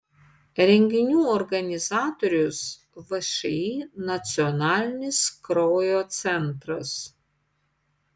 renginių organizatorius všį nacionalinis kraujo centras